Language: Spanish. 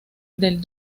del